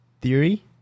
theory